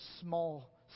small